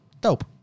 Dope